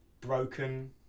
broken